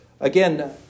Again